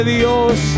Dios